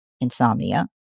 insomnia